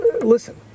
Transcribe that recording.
Listen